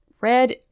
red